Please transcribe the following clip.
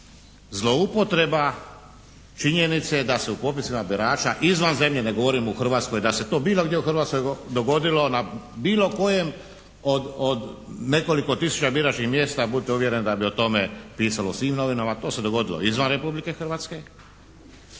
zloupotreba činjenice da se u popisima birača izvan zemlje, ne govorim o Hrvatskoj da se to bilo gdje u Hrvatskoj dogodilo na bilo kojem od nekoliko tisuća biračkih mjesta budite uvjereni da bi o tome pisalo u svim novinama. To se dogodilo izvan Republike Hrvatske,